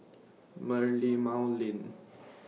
Merlimau Lane